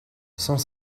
cent